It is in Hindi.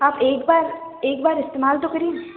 आप एक बार एक बार इस्तेमाल तो करिये